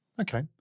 Okay